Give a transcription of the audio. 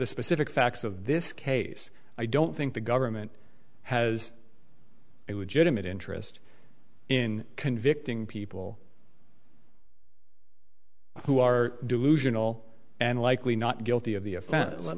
the specific facts of this case i don't think the government has it would generate interest in convicting people who are delusional and likely not guilty of the